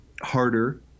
harder